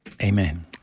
Amen